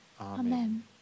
Amen